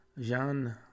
Jean